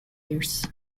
years